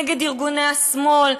נגד ארגוני השמאל,